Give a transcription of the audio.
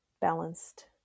balanced